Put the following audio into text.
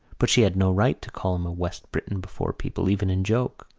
but she had no right to call him a west briton before people, even in joke.